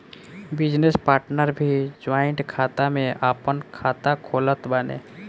business partner भी joint खाता में आपन खाता खोलत बाने